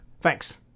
Thanks